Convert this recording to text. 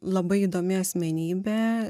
labai įdomi asmenybė